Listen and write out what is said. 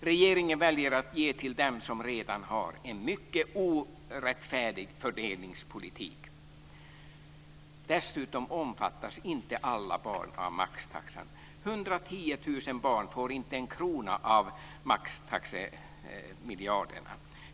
Regeringen väljer att ge till dem som redan har, en mycket orättfärdig fördelningspolitik. Dessutom omfattas inte alla barn av maxtaxan. 110 000 barn får inte en krona av maxtaxemiljarderna.